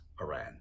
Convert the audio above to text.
Iran